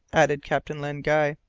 added captain len guy.